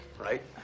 right